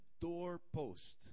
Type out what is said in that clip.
doorpost